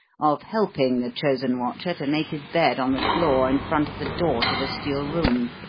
of helping the chosen watcher to make his bed on the floor in front of the door to the steel room,